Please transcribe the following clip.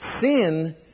sin